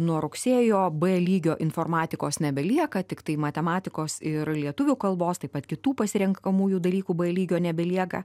nuo rugsėjo b lygio informatikos nebelieka tiktai matematikos ir lietuvių kalbos taip pat kitų pasirenkamųjų dalykų b lygio nebelieka